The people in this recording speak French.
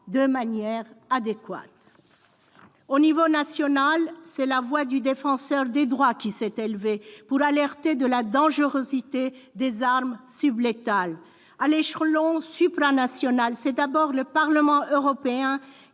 de manière adéquate. À l'échelon national, c'est la voix du Défenseur des droits qui s'est élevée pour alerter de la dangerosité des armes sublétales. À l'échelon supranational, c'est d'abord le Parlement européen